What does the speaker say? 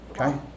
okay